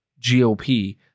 GOP